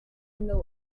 into